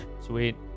Sweet